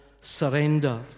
surrender